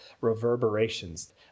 reverberations